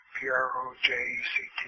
P-R-O-J-E-C-T